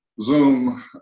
Zoom